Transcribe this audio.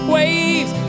Waves